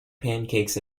pancakes